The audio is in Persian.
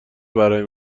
برای